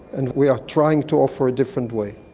and we are trying to offer a different way.